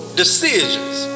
decisions